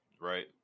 right